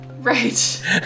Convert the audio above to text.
Right